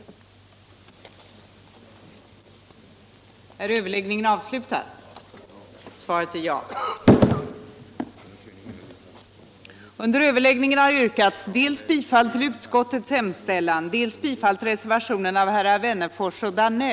den det ej vill röstar nej.